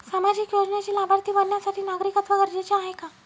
सामाजिक योजनेचे लाभार्थी बनण्यासाठी नागरिकत्व गरजेचे आहे का?